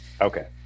Okay